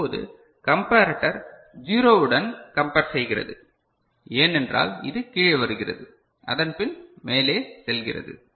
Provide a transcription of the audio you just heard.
இப்போது comparator zero உடன் compare செய்கிறது ஏனென்றால் இது கீழே வருகிறது அதன் பின் மேலே செல்கிறது